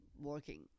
working